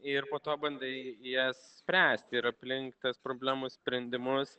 ir po to bandai jas spręsti ir aplink tuos problemų sprendimus